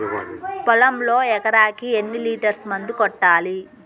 పొలంలో ఎకరాకి ఎన్ని లీటర్స్ మందు కొట్టాలి?